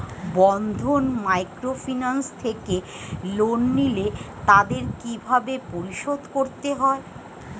বন্ধন microfinance থেকে loan নিলে তাদের কিভাবে পরিশোধ করতে হয়?